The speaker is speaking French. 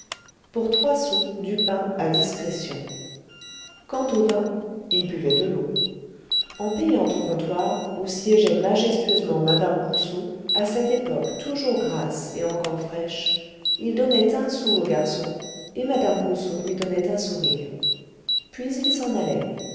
pour trois sous du pain à discrétion quant au vin il buvait de l'eau en payant au comptoir où siégeait majestueusement madame rousseau à cette époque toujours grasse et encore fraîche il donnait un sou au garçon et madame rousseau lui donnait un sourire puis il s'en allait